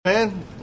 Man